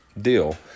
deal